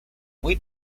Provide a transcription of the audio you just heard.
muy